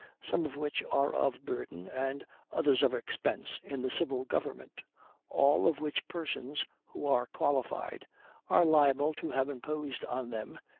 some of which are of burden, and others of expense, in the civil government all of which persons who are qualified are liable to have imposed on them,